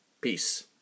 Peace